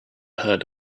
heard